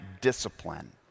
discipline